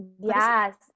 yes